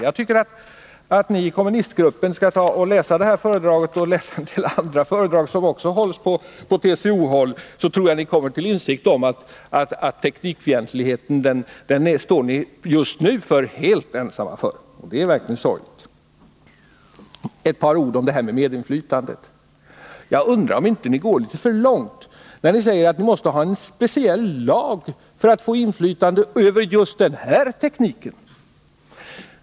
Jag tycker att ni i kommunistgruppen skall läsa detta föredrag liksom en del andra föredrag som hålls på TCO-håll. Då tror jag ni kommer till insikt om att ni är helt ensamma om denna teknikfientlighet. Så ett par ord om detta med medinflytande. Jag undrar om inte ni vpk-are går litet för långt när ni säger att vi måste ha en speciell lag om just den här tekniken.